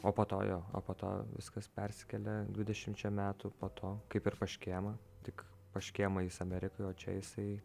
o po to jo o po to viskas perskelia dvidešimčia metų po to kaip ir pas škėmą tik pas škėmą jis amerikoj o čia jisai